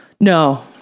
No